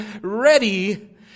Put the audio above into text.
ready